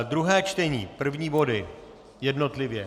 Druhé čtení první body jednotlivě.